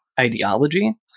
ideology